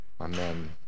Amen